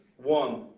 one.